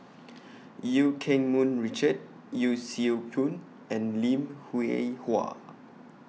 EU Keng Mun Richard Yee Siew Pun and Lim Hwee Hua